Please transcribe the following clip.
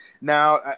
Now